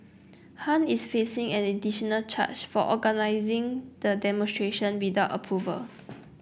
Han is facing an additional charge of organising the demonstration without approval